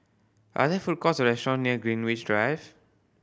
are there food courts or restaurant near Greenwich Drive